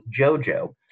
Jojo